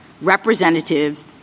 representative